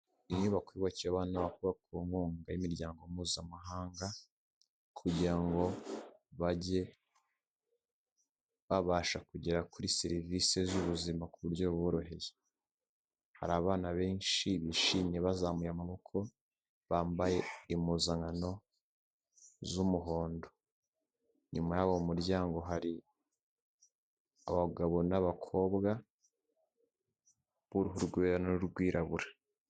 Inyubako yubakiwe abana ku nkunga y'imiryango mpuzamahanga kugira ngo bajye babasha kugera kuri serivisi z'ubuzima ku buryo buboroheye hari abana benshi bishimye bazamuye amaboko bambaye impuzankano z'umuhondo nyuma y'uwo muryango hari abagabo n'abakobwa b'uruhu rwera n'urwirabura.